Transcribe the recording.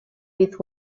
with